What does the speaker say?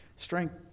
Strength